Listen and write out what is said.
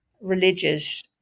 religious